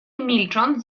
milcząc